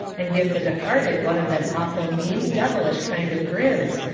and give the departed one of them awful mean, devilish kind of grins,